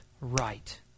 right